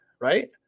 right